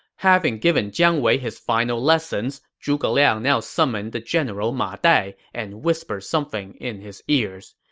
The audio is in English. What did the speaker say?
having given jiang wei his final lessons, zhuge liang now summoned the general ma dai and whispered something in his ears.